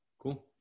Cool